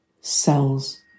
cells